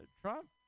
trump